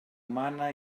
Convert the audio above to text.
mana